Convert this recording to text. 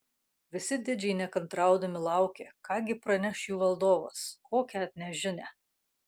visi didžiai nekantraudami laukė ką gi praneš jų valdovas kokią atneš žinią